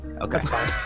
okay